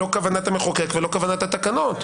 היא לא כוונת המחוקק ולא כוונת התקנות.